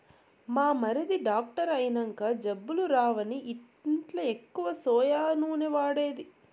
మా మరిది డాక్టర్ అయినంక జబ్బులు రావని ఇంట్ల ఎక్కువ సోయా నూనె వాడేది